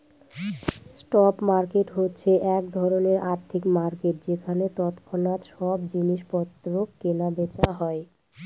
spot market হচ্ছে এক ধরনের আর্থিক মার্কেট যেখানে তৎক্ষণাৎ সব জিনিস পত্র কেনা বেচা হয়